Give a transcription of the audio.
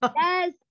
Yes